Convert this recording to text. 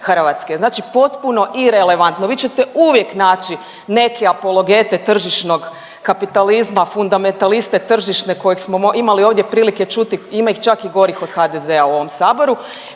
Znači potpuno irelevantno. Vi ćete uvijek naći neke apologete tržišnog kapitalizma, fundamentaliste tržišne koje smo imali ovdje prilike čuti. Ima ih čak i gorih od HDZ-a u ovom Saboru